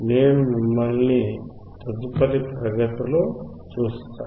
నేను మిమ్మల్ని తదుపరి తరగతిలో చూస్తాను